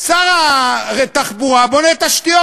שר התחבורה בונה תשתיות,